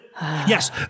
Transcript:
Yes